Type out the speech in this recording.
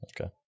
Okay